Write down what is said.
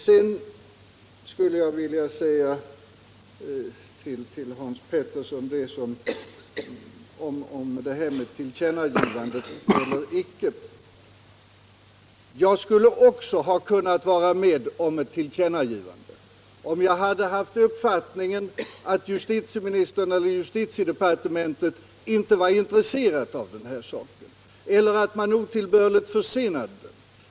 Sedan skulle jag vilja säga till Hans Petersson i Röstånga att jag också skulle ha kunnat vara med om ett tillkännagivande, om jag hade haft uppfattningen att justitieministern eller justitiedepartementet inte visat intresse för den här saken eller otillbörligt försenat den.